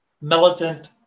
militant